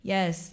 Yes